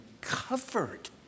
covered